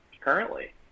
currently